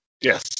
Yes